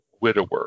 widower